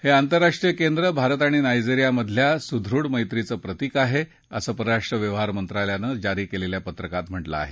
हे आंतरराष्ट्रीय केंद्र भारत आणि नायजेरियामधल्या सदृढ मैत्रीचं प्रतिक आहे असं परराष्ट्र व्यवहार मंत्रालयानं जारी केलेल्या पत्रकात म्हटलं आहे